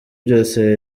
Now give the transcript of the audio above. byose